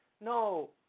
no